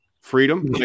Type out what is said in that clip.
freedom